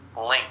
link